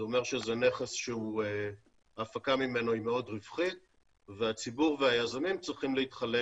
זה אומר שזה נכס שההפקה ממנו מאוד רווחית והציבור והיזמים צריכים להתחלק